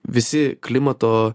visi klimato